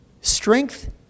strength